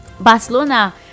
Barcelona